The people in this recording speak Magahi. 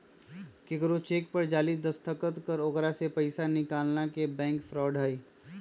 केकरो चेक पर जाली दस्तखत कर ओकरा से पैसा निकालना के बैंक फ्रॉड हई